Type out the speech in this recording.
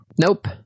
Nope